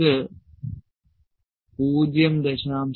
ഇത് 0